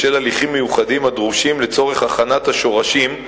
בשל הליכים מיוחדים הדרושים לצורך הכנת השורשים,